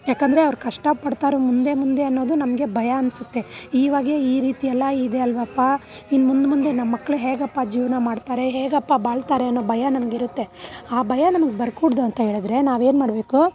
ಯಾಕೆಂದ್ರೆ ಅವ್ರು ಕಷ್ಟ ಪಡ್ತಾರೆ ಮುಂದೆ ಮುಂದೆ ಅನ್ನೋದು ನಮಗೆ ಭಯ ಅನ್ನಿಸುತ್ತೆ ಈಗೇ ಈ ರೀತಿಯೆಲ್ಲ ಇದೇ ಅಲ್ವಪ್ಪ ಇನ್ನು ಮುಂದೆ ಮುಂದೆ ನಮ್ಮಕ್ಳು ಹೇಗಪ್ಪ ಜೀವ್ನ ಮಾಡ್ತಾರೆ ಹೇಗಪ್ಪ ಬಾಳ್ತಾರೆ ಅನ್ನೋ ಭಯ ನಮಗಿರುತ್ತೆ ಆ ಭಯ ನಮಗೆ ಬರ್ಕೂಡ್ದು ಅಂತ ಹೇಳಿದ್ರೆ ನಾವೇನು ಮಾಡಬೇಕು